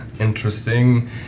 interesting